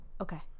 Okay